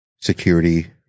security